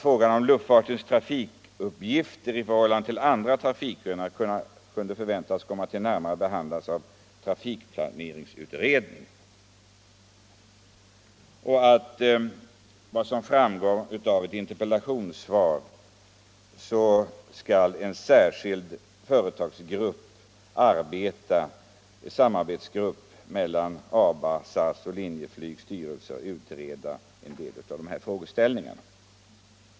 Frågan om luftfartens trafikuppgifter i förhållande till andra trafikgrenar kunde förväntas komma att närmare behandlas av trafikplaneringsutredningen.” Därefter skriver utskottet att som framgår av ett interpellationssvar skall en särskild samarbetsgrupp mellan ABA:s, SAS" och Linjeflygs styrelser utreda en del av dessa frågeställningar.